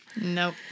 Nope